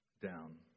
down